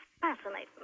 Fascinating